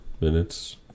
minutes